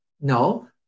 No